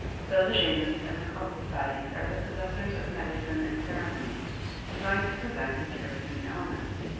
so the shamans and the cult societies are the possessors of medicine and ceremonies designed to prevent and cure human ailments.